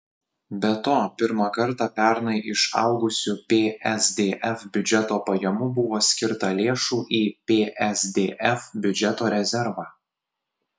be to pirmą kartą pernai iš augusių psdf biudžeto pajamų buvo skirta lėšų į psdf biudžeto rezervą